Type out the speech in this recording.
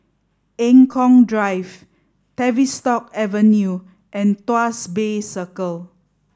Eng Kong Drive Tavistock Avenue and Tuas Bay Circle